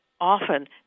often